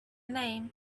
name